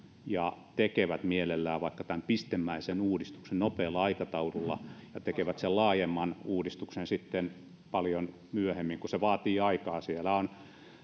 ja tekevät mielellään vaikka tämän pistemäisen uudistuksen nopealla aikataululla ja tekevät sen laajemman uudistuksen sitten paljon myöhemmin kun se vaatii aikaa siellä on